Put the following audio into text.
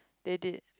they did